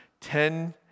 ten